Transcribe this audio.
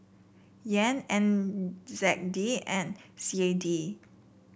Yen N Z D and C A D